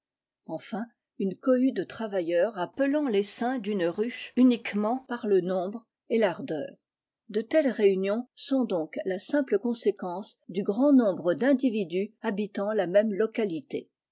enfin une cohue de travailleurs raput l'essaim d'une ruche uniquement par le nombre et tardeur de telles réunions sont donc la simple conséquence du grand nombre d'individus habitant la même localité